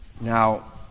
Now